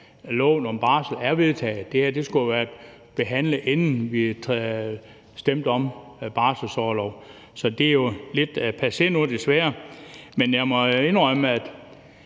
loven om barsel er vedtaget . Det her skulle have været behandlet, inden vi havde stemt om barselsorlov. Så det er lidt passé nu, desværre. Men jeg må jo indrømme, at